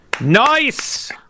Nice